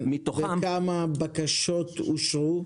וכמה בקשות אושרו?